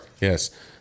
Yes